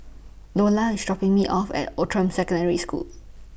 Loula IS dropping Me off At Outram Secondary School